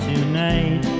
Tonight